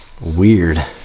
Weird